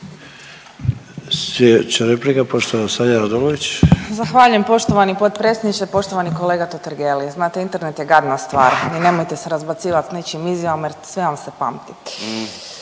**Radolović, Sanja (SDP)** Zahvaljujem poštovani potpredsjedniče. Poštovani kolega Totgergeli, znate internet je gadna stvar i nemojte se razbacivat s ničijim izjavama jer sve vam se pamti.